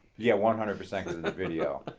yeah. one hundred percent of the video.